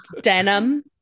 denim